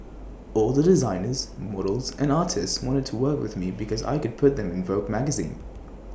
all the designers models and artists wanted to work with me because I could put them in Vogue magazine